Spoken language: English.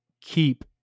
keep